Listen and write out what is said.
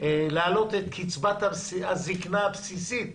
להעלות את קצבת הזקנה הבסיסית